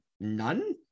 none